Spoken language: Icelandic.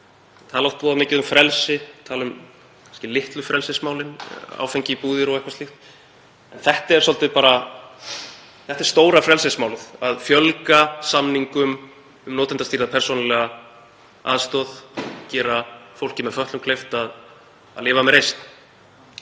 oft voða mikið um frelsi, tala um litlu frelsismálin; áfengi í búðir og eitthvað slíkt. En þetta er stóra frelsismálið, að fjölga samningum um notendastýrða persónulega aðstoð, gera fólki með fötlun kleift að lifa með reisn.